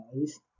guys